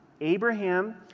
Abraham